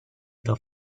the